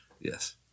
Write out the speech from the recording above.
Yes